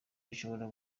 bishobora